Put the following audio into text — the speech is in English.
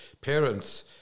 Parents